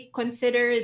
consider